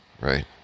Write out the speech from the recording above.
right